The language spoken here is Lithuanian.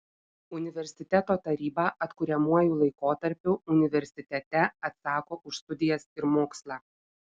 universiteto taryba atkuriamuoju laikotarpiu universitete atsako už studijas ir mokslą